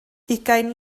ugain